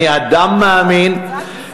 אני אדם מאמין,